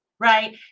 Right